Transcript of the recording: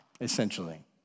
essentially